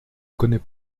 connaît